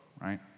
right